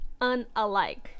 Unalike